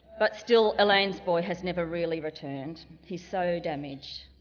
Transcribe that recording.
but still, elaine's boy has never really returned, he's so damaged.